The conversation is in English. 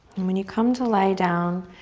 and when you come to lie down,